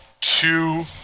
two